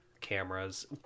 cameras